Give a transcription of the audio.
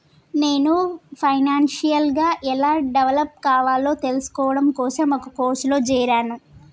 నేను ఫైనాన్షియల్ గా ఎలా డెవలప్ కావాలో తెల్సుకోడం కోసం ఒక కోర్సులో జేరాను